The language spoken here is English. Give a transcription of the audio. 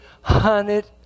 hunted